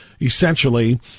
essentially